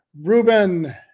Ruben